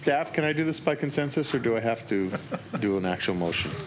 f can i do this by consensus or do i have to do an actual motion